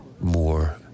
more